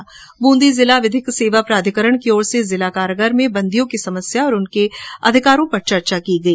् बूंदी जिला विधिक सेवा प्राधिकरण की ओर से जिला कारागार में बंदियों की समस्या और उनके अधिकारों पर चर्चा की गई